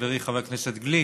חברי חבר הכנסת גליק,